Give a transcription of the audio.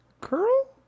girl